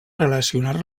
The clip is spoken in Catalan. relacionar